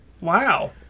Wow